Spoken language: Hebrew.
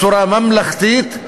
בצורה ממלכתית,